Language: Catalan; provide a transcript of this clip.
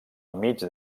enmig